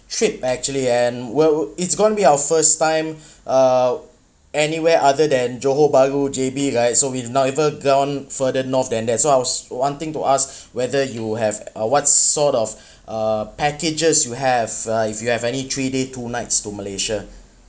trip actually and well it's going to be our first time uh anywhere other than johor bahru J_B right so we've not ever gone further north than that so I was wanting to ask whether you have uh what sort of uh packages you have uh if you have any three days two nights to malaysia